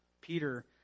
Peter